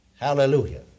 Hallelujah